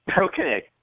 Okay